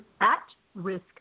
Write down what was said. at-risk